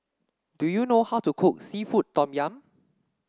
do you know how to cook seafood Tom Yum